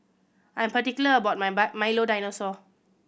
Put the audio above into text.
I'm particular about my Milo Dinosaur